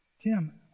Tim